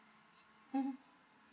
(uh huh)